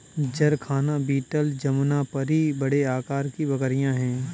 जरखाना बीटल जमुनापारी बड़े आकार की बकरियाँ हैं